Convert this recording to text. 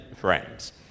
friends